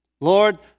Lord